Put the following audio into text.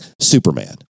Superman